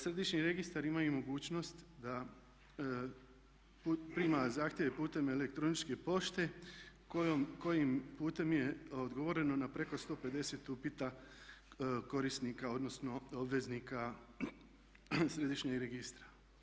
Središnji registar ima i mogućnost da prima zahtjeve putem elektroničke pošte kojim putem je odgovoreno na preko 150 upita korisnika odnosno obveznika središnjeg registra.